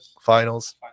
Finals